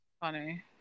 funny